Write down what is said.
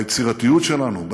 ביצירתיות שלנו,